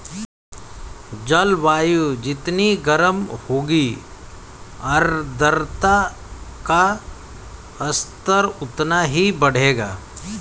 जलवायु जितनी गर्म होगी आर्द्रता का स्तर उतना ही बढ़ेगा